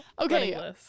okay